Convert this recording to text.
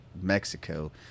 Mexico